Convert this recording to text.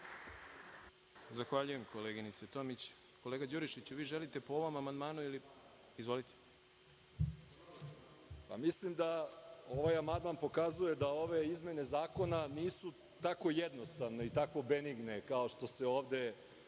Zahvaljujem, koleginice Tomić. Kolega Đurišiću, vi želite po ovom amandmanu? Izvolite. **Marko Đurišić** Mislim da ovaj amandman pokazuje da ove izmene zakona nisu tako jednostavne i tako benigne kao što se ovde